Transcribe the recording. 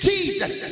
Jesus